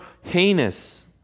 heinous